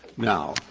now,